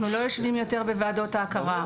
אנחנו לא יושבים יותר בוועדות ההכרה;